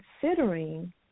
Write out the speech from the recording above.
considering